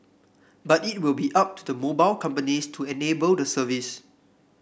but it will be up to the mobile companies to enable the service